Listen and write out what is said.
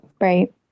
Right